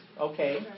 Okay